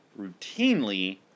routinely